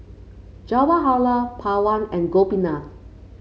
Jawaharlal Pawan and Gopinath